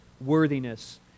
worthiness